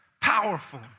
powerful